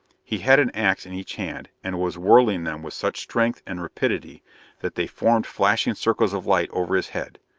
he had an ax in each hand, and was whirling them with such strength and rapidity that they formed flashing circles of light over his head.